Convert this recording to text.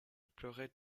pleurait